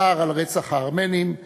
צער על רצח הארמנים.